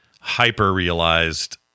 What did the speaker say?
hyper-realized